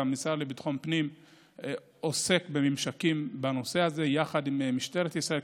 גם המשרד לביטחון פנים עוסק בממשקים בנושא הזה יחד עם משטרת ישראל,